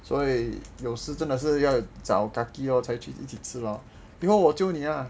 所以有时真的是要找 kaki 哦才去一起吃 lor 以后我 jio 你啊